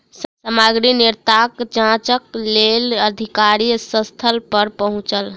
सामग्री निर्यात जांचक लेल अधिकारी स्थल पर पहुँचल